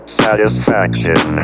satisfaction